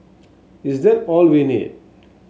is that all we need